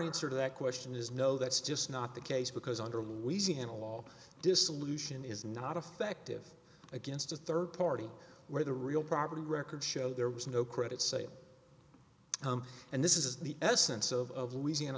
answer to that question is no that's just not the case because under louisiana law dissolution is not affective against a third party where the real property records show there was no credit sale and this is the essence of louisiana